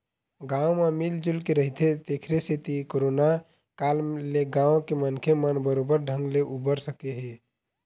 गाँव म मिल जुलके रहिथे तेखरे सेती करोना काल ले गाँव के मनखे मन बरोबर ढंग ले उबर सके हे